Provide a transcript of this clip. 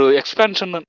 expansion